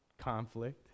Conflict